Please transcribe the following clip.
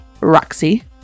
Roxy